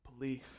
belief